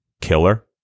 killer